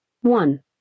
One